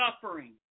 suffering